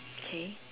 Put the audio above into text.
okay